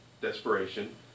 desperation